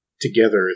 together